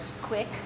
quick